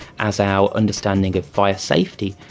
as our understanding of fire safety,